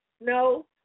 No